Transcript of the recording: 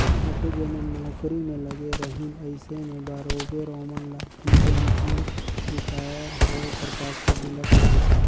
आघु जेमन नउकरी में लगे रहिन अइसे में बरोबेर ओमन ल पेंसन रिटायर होए कर पाछू मिलत रहिस